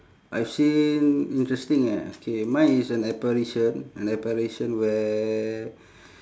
I've seen interesting eh okay mine is an apparition an apparition where